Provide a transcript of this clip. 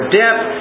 depth